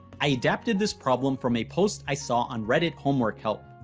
i adapted this problem from a post i saw on reddit homework help.